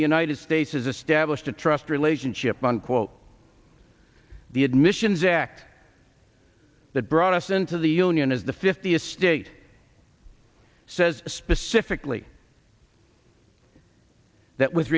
the united states has established a trust relationship unquote the admission zakk that brought us into the union is the fiftieth state says specifically that with